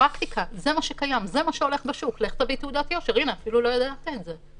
הפרקטיקה היום היא לבקש ממנו ללכת להביא תעודת יושר.